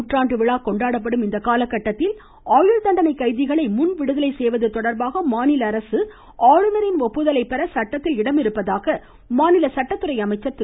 நூற்றாண்டு விழா கொண்டாடப்படும் இந்த காலக்கட்டத்தில் ஆயுள் தண்டனை கைதிகளை முன்விடுதலை செய்வது தொடர்பாக மாநில அரசு ஆளுநரின் ஒப்புதலை பெற சட்டத்தில் இடமிருப்பதாக மாநில சட்டத்துறை அமைச்சர் திரு